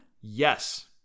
Yes